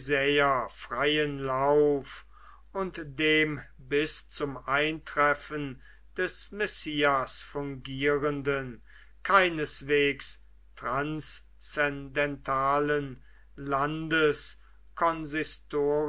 freien lauf und dem bis zum eintreffen des messias fungierenden keineswegs transzendentalen